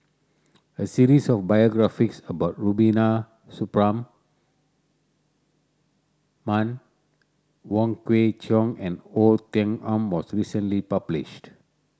a series of biographies about Rubiah Man Wong Kwei Cheong and Oei Tiong Ham was recently published